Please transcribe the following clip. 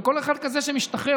וכל אחד כזה שמשתחרר,